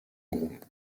groupe